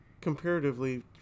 comparatively